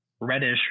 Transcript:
Reddish